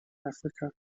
africa